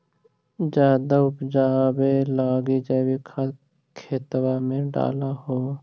जायदे उपजाबे लगी जैवीक खाद खेतबा मे डाल हो?